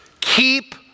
Keep